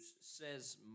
says